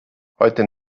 heute